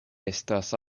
estas